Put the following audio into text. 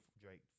Drake